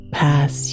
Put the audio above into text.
pass